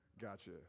Gotcha